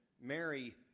Mary